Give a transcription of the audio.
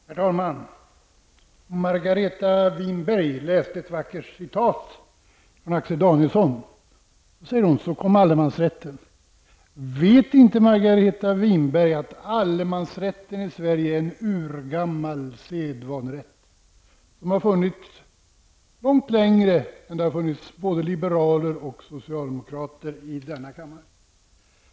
Herr talman! Margareta Winberg anförde ett vackert citat av Axel Danielsson. Vet Margareta Winberg inte att allemansrätten i Sverige är en urgammal sedvanerätt? Den har funnits mycket längre än det har funnits både liberaler och socialdemokrater i denna kammare.